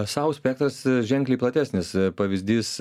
sau spektras ženkliai platesnis pavyzdys